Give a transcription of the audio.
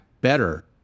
better